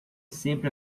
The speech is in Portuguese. sempre